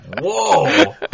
Whoa